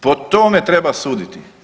Po tome treba suditi.